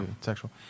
Sexual